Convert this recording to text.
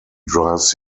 drives